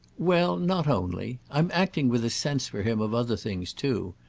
well, not only. i'm acting with a sense for him of other things too.